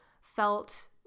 felt